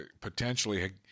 potentially